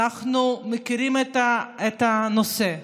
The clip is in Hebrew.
אנחנו מכירים את הנושא,